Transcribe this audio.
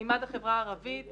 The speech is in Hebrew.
מימד החברה הערבית